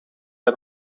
bij